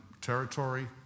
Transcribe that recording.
territory